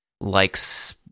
likes